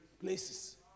places